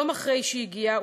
יום אחרי שהיא הגיעה,